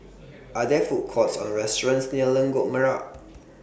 Are There Food Courts Or restaurants near Lengkok Merak